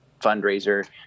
fundraiser